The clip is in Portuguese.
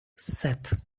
sete